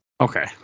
okay